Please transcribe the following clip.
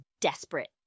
desperate